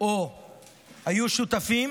או היו שותפים,